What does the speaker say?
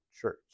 church